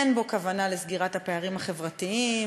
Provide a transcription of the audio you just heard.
אין בו כוונה לסגירת הפערים החברתיים,